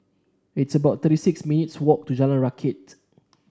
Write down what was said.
it's about thirty six minutes' walk to Jalan Rakit